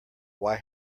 why